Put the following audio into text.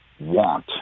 want